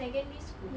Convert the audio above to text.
secondary school